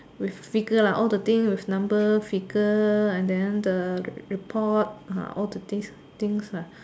with figure lah all the thing with number figure and then the report uh all the thing things lah